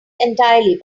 entirely